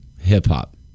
hip-hop